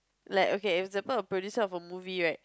like okay is the part of the producer of a movie right